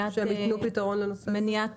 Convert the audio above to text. מניעת